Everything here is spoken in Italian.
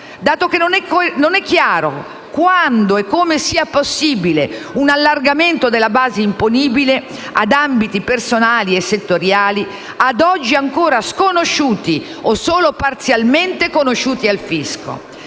dato che non è chiaro quando e come sia possibile un allargamento della base imponibile ad ambiti personali e settoriali, ad oggi ancora sconosciuti o solo parzialmente conosciuti al fisco.